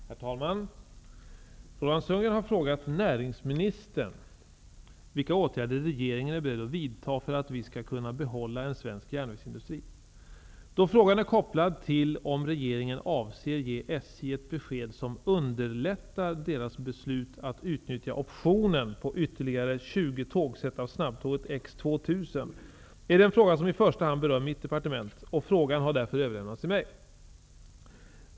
Herr talman! Roland Sundgren har frågat näringsministern vilka åtgärder regeringen är beredd att vidta för att vi skall kunna behålla en svensk järnvägsindustri. Då frågan är kopplad till om regeringen avser ge SJ ett besked som underlättar deras beslut att utnyttja optionen på ytterligare 20 tågset av snabbtåget X 2000, är det en fråga som i första hand berör mitt departement. Frågan har därför överlämnats till mig.